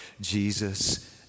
Jesus